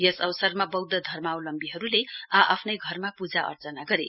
यस अवसरमा वौध्द धर्मावलम्वीहरुले आ आफ्नै घरमा पूजा अर्चना गरे